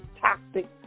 toxic